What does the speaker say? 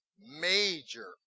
major